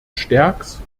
sterckx